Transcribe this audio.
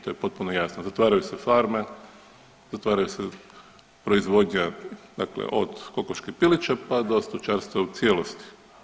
To je potpuno jasno, zatvaraju se farme, zatvaraju se proizvodnja, dakle od kokoški, pilića pa do stočarstva u cijelosti.